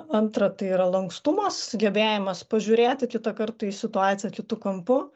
antra tai yra lankstumas gebėjimas pažiūrėti kitą kartą į situaciją kitu kampu